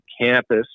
campus